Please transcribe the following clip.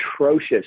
atrocious